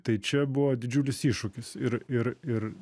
tai čia buvo didžiulis iššūkis ir ir ir